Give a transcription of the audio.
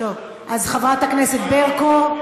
חברת הכנסת ברקו,